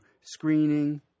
screening